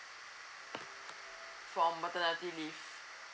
from maternity leave